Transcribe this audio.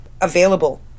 available